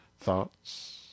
thoughts